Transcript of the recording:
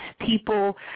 people